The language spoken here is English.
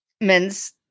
men's